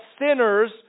sinners